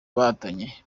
bahatanye